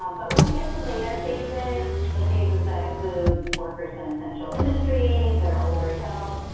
but when we get to later phases, ah phases that include workers in essential industries, older, and um